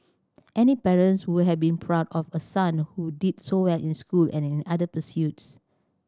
any parent would have been proud of a son who did so well in school and in other pursuits